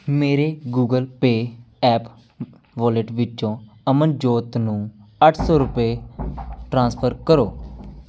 ਮੇਰੇ Google Pay app wallet ਵਿੱਚੋਂ ਅਮਨਜੋਤ ਨੂੰ ਅੱਠ ਸੌ ਰੁਪਏ ਟ੍ਰਾਂਸਫਰ ਕਰੋ